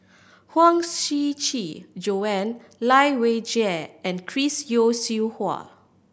Huang Shiqi Joan Lai Weijie and Chris Yeo Siew Hua